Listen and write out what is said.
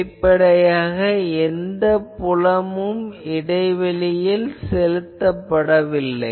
வெளிப்படையாக எந்த புலமும் இடைவெளியில் செலுத்தப்படவில்லை